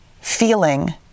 feeling